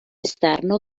esterno